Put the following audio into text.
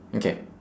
okay